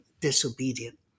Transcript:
disobedient